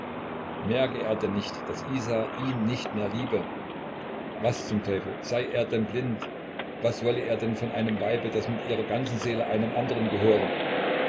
merke er denn nicht daß isa ihn nicht mehr liebe was zum teufel sei er denn blind was wolle er denn von einem weibe das mit ihrer ganzen seele einem andren gehöre